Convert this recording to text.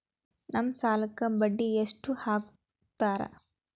ನಮ್ ಸಾಲಕ್ ಬಡ್ಡಿ ಎಷ್ಟು ಹಾಕ್ತಾರ?